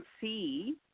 see